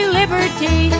liberty